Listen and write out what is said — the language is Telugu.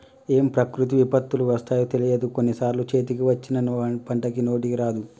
ఏం ప్రకృతి విపత్తులు వస్తాయో తెలియదు, కొన్ని సార్లు చేతికి వచ్చిన పంట నోటికి రాదు